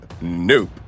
nope